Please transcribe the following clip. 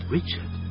Richard